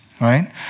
right